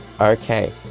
Okay